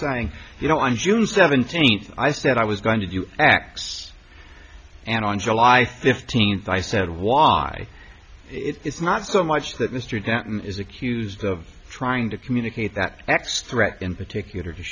saying you know i'm june seventeenth i said i was going to do x and on july fifteenth i said why it's not so much that mr denton is accused of trying to communicate that x threat in particular